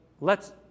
lets